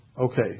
Okay